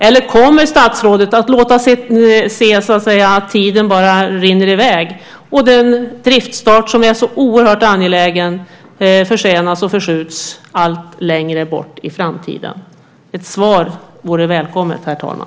Eller kommer statsrådet att se att tiden bara rinner i väg och den driftstart som är så oerhört angelägen försenas och förskjuts allt längre bort i framtiden? Ett svar vore välkommet, herr talman.